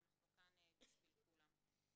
ואנחנו כאן בשביל כולם.